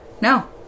No